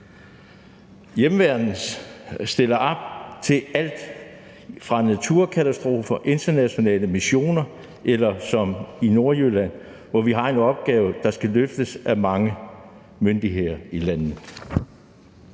Hjemmeværnet stiller op til alt fra naturkatastrofer til internationale missioner eller til situationer som den i Nordjylland, hvor vi har en opgave, der skal løftes af mange myndigheder i landet.